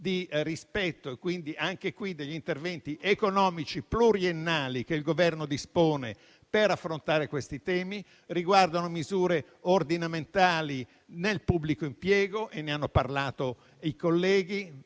di PM10 e PM5. Quindi si tratta di interventi economici pluriennali che il Governo dispone per affrontare questi temi; riguardano misure ordinamentali nel pubblico impiego - ne hanno parlato i colleghi